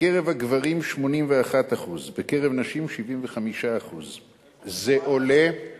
בקרב הגברים, 81%; בקרב נשים, 75%. זה עולה, איפה?